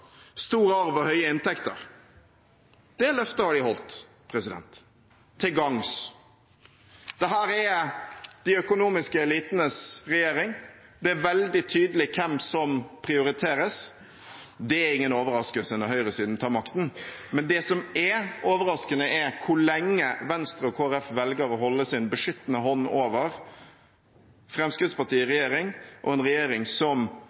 stor arv og høye inntekter. Det løftet har de holdt – til gagns. Dette er de økonomiske elitenes regjering. Det er veldig tydelig hvem som prioriteres. Det er ingen overraskelse når høyresiden tar makten. Det som kan bli en overraskelse, er hvor lenge Venstre og Kristelig Folkeparti velger å holde sin beskyttende hånd over Fremskrittspartiet i regjering, og en regjering som